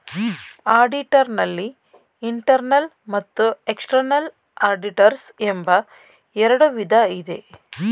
auditor ನಲ್ಲಿ internal ಮತ್ತು external auditors ಎಂಬ ಎರಡು ವಿಧ ಇದೆ